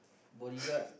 bodyguard